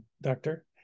doctor